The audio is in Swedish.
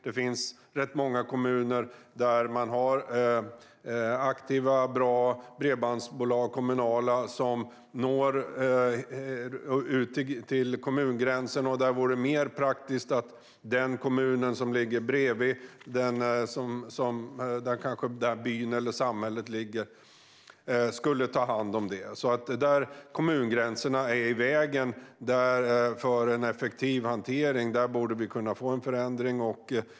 Det finns rätt många kommuner där man har aktiva och bra kommunala bredbandsbolag som når ut till kommungränsen och där det vore mer praktiskt att den kommun som ligger bredvid byn eller samhället tog hand om detta. Där kommungränserna är i vägen för en effektiv hantering borde vi alltså kunna få en förändring.